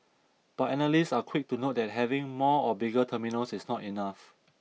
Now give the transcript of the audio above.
but analysts are quick to note that having more or bigger terminals is not enough